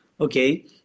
Okay